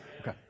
okay